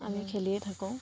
আমি খেলিয়ে থাকোঁ